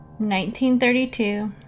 1932